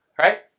right